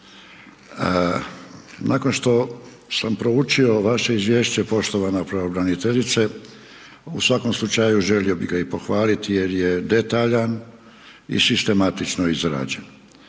Nakon što sam proučio vaše izvješće poštovana pravobraniteljice, u svakom slučaju želio bih ga i pohvaliti jer je detaljan i sistematično izrađen.